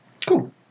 Cool